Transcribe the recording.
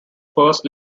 first